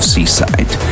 Seaside